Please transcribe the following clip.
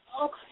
Okay